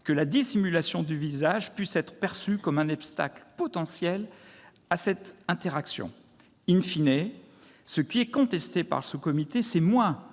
que la dissimulation du visage puisse être perçue comme un obstacle potentiel à cette interaction »., ce qui est contesté par ce comité, c'est moins